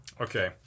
Okay